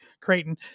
Creighton